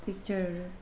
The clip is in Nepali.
पिक्चरहरू